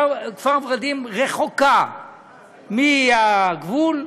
כפר ורדים רחוקה מהגבול,